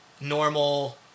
normal